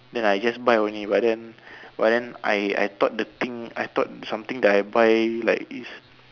then I just buy only but then but then I I thought the thing I thought something that I buy like is